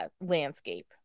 landscape